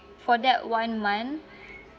for that one month